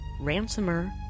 ransomer